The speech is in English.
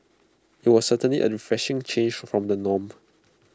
IT was certainly A refreshing change from the norm